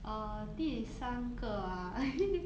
uh 第三个 ah